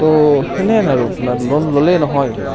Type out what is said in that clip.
তো সেনেহেন আৰু আপোনাৰ লোন ল'লেই নহয়